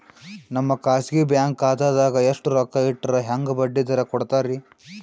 ನಮ್ಮ ಖಾಸಗಿ ಬ್ಯಾಂಕ್ ಖಾತಾದಾಗ ಎಷ್ಟ ರೊಕ್ಕ ಇಟ್ಟರ ಹೆಂಗ ಬಡ್ಡಿ ದರ ಕೂಡತಾರಿ?